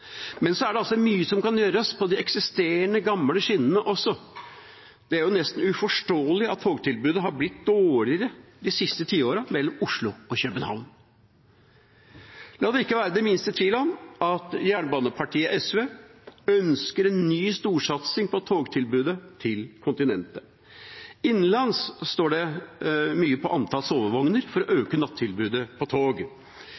Men det er mye som kan gjøres på de eksisterende gamle skinnene også. Det er nesten uforståelig at togtilbudet mellom Oslo og København er blitt dårligere de siste tiårene. La det ikke være den minste tvil om at jernbanepartiet SV ønsker en ny storsatsing på togtilbudet til kontinentet. Innenlands står det mye på antall sovevogner for å